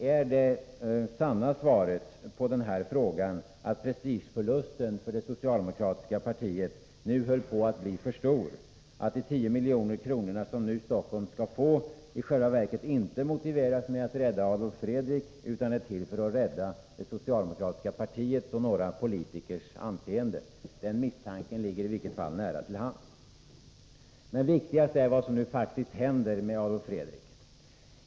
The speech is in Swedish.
Är svaret på min fråga nu att prestigeförlusten för det socialdemokratiska partiet höll på att bli för stor och att de 10 miljoner som nu Stockholm skall få i själva verket inte motiveras med att rädda Adolf Fredrik, utan är till för att rädda det socialdemokratiska partiets och några politikers anseende? Denna misstanke ligger i varje fall mycket nära till hands. Viktigast är emellertid vad som nu faktiskt händer med Adolf Fredrik.